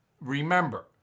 Remember